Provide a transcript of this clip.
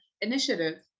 initiative